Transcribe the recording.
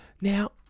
Now